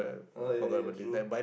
oh ya ya true